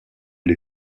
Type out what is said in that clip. les